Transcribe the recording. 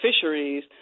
fisheries